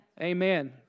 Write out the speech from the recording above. Amen